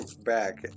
back